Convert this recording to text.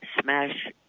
smash